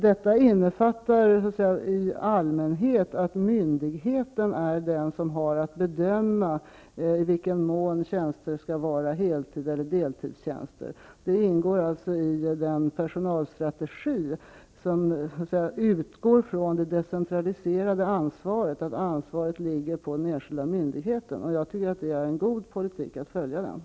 Detta innefattar i allmänhet att myndigheten är den som har att bedöma i vilken mån tjänster skall vara heltids eller deltidstjänster. Detta ingår alltså i den personalstrategi som utgår ifrån det decentraliserade ansvaret, dvs. att ansvaret ligger på den enskilda myndigheten. Jag tycker att det är en god politik att tillämpa.